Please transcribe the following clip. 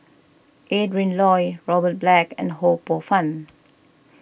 Adrin Loi Robert Black and Ho Poh Fun